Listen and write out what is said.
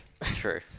true